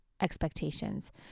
expectations